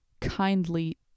kindly